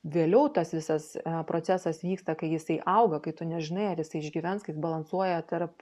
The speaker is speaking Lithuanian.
vėliau tas visas procesas vyksta kai jisai auga kai tu nežinai ar jisai išgyvens balansuoja tarp